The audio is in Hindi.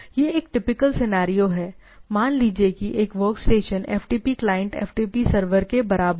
यह एक टिपिकल सिनेरियो है मान लीजिए कि एक workstation FTP client FTP server के बराबर है